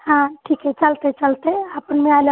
हां ठीक आहे चालतंय चालतंय आपण मिळाल्यावर